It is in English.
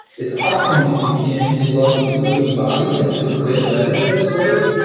it's awesome if you can develop a good looking body and feel great about it, that's great.